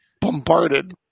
bombarded